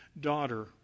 daughter